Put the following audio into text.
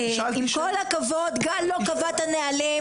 עם כל הכבוד, גל לא קבע את הנהלים.